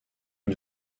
une